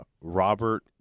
Robert